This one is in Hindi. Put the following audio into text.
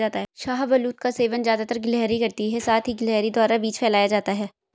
शाहबलूत का सेवन ज़्यादातर गिलहरी करती है साथ ही गिलहरी द्वारा बीज फैलाया जाता है